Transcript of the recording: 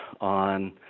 on